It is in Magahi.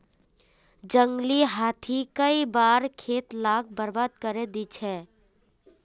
जंगली हाथी कई बार खेत लाक बर्बाद करे दे छे